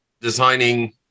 designing